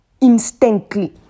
instantly